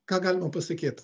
ką galima pasakyt